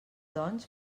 doncs